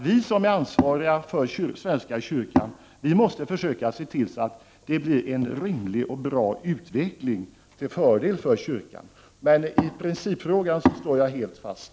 Vi som är ansvariga för svenska kyrkan måste försöka se till så att det blir en rimlig och bra utveckling till fördel för kyrkan. Men i principfrågan står jag helt fast.